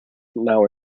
now